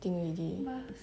thing already